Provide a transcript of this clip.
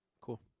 Cool